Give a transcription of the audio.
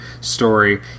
story